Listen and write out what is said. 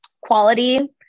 quality